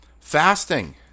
fasting